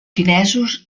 finesos